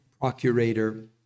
procurator